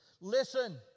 listen